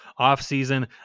offseason